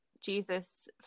Jesus